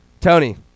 Tony